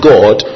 God